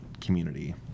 community